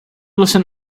listen